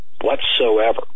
whatsoever